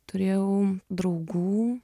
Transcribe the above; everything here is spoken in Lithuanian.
turėjau draugų